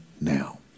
now